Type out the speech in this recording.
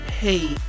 Hey